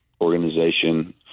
organization